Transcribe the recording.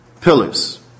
pillars